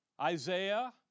Isaiah